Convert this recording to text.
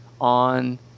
on